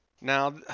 Now